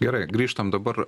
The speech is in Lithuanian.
gerai grįžtam dabar